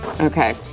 Okay